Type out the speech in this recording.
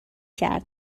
کرد